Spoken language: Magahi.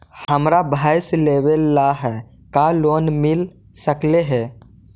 हमरा भैस लेबे ल है का लोन मिल सकले हे?